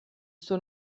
suo